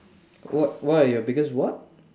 what what are your biggest what